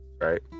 right